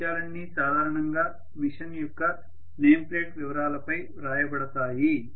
ఈ విషయాలన్నీ సాధారణంగా మెషిన్ యొక్క నేమ్ ప్లేట్ వివరాలపై వ్రాయబడతాయి